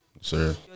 Sir